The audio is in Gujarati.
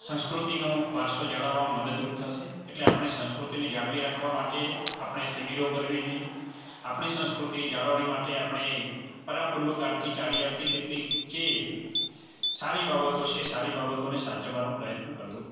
સંસ્કૃતિનો વારસો જાળવવામાં મદદરૂપ થશે એટલે આપણે સંસ્કૃતિને જાળવી રાખવા માટે આપણે શિબિરો કરવી જોઈએ આપણી સંસ્કૃતિની જાળવણી માટે આપણે પરાપૂર્વકાળથી ચાલી આવતી કેટલીક જે સારી બાબતો છે સારી બાબતોને સાચવવાનો પ્રયત્ન કરવો